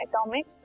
atomic